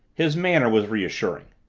his manner was reassuring.